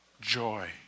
joy